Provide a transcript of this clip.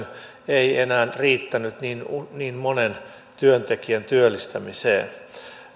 ei enää riittänyt niin niin monen työntekijän työllistämiseen